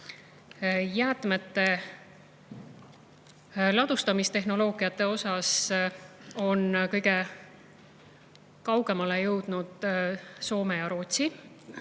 ladustamise tehnoloogiate osas on kõige kaugemale jõudnud Soome ja Rootsi,